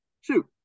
shoot